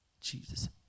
Jesus